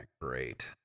Great